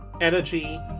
Energy